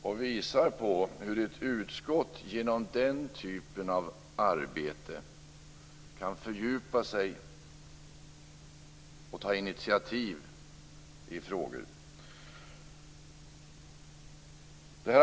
Det visar också på hur ett utskott genom den typen av arbete kan fördjupa sig och ta initiativ i frågor.